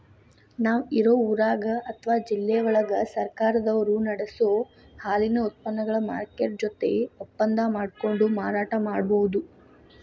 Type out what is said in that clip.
ನಾವ್ ಇರೋ ಊರಾಗ ಅತ್ವಾ ಜಿಲ್ಲೆವಳಗ ಸರ್ಕಾರದವರು ನಡಸೋ ಹಾಲಿನ ಉತ್ಪನಗಳ ಮಾರ್ಕೆಟ್ ಜೊತೆ ಒಪ್ಪಂದಾ ಮಾಡ್ಕೊಂಡು ಮಾರಾಟ ಮಾಡ್ಬಹುದು